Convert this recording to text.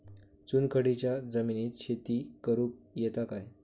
चुनखडीयेच्या जमिनीत शेती करुक येता काय?